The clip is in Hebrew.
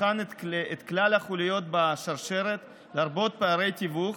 שתבחן את כלל החוליות בשרשרת, לרבות פערי תיווך,